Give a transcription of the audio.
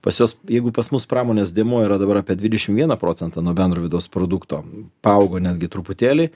pas juos jeigu pas mus pramonės dėmuo yra dabar apie dvidešim vieną procentą nuo bendro vidaus produkto paaugo netgi truputėlį